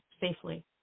safely